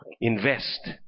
Invest